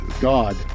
god